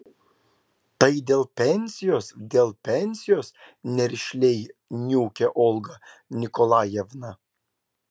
tai dėl pensijos dėl pensijos nerišliai niūkė olga nikolajevna